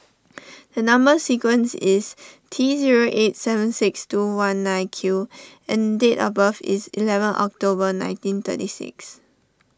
a Number Sequence is T zero eight seven six two one nine Q and date of birth is eleven October nineteen thirty six